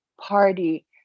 party